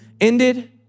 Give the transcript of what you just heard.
ended